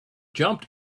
jumped